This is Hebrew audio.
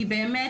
כי באמת,